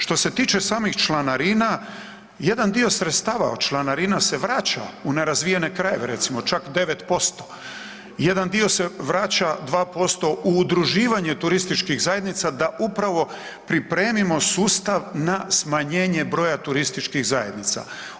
Što se tiče samih članarina jedan dio sredstava od članarina se vraća u nerazvijene krajeve recimo čak 9%, jedan dio se vraća 2% u udruživanje turističkih zajednica da upravo pripremimo sustav na smanjenje broja turističkih zajednica.